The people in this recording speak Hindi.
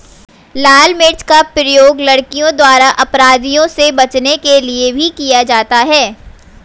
लाल मिर्च का प्रयोग लड़कियों द्वारा अपराधियों से बचने के लिए भी किया जाता है